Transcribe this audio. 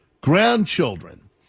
grandchildren